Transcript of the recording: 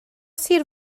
sir